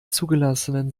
zugelassenen